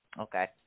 Okay